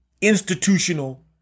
institutional